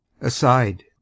ASIDE